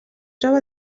troba